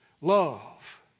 Love